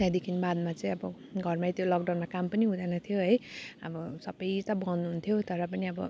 त्यहाँदेखि बादमा चाहिँ अब घरमै त्यो लकडाउनमा काम पनि हुँदैन थियो है अब सबै त बन्द हुन्थ्यो तर पनि अब